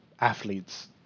athletes